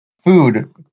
food